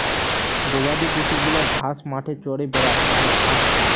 গবাদি পশু গুলা ঘাস মাঠে চরে বেড়ায় আর ঘাস খায়